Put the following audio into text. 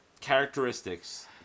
characteristics